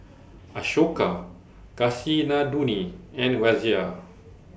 Ashoka Kasinadhuni and Razia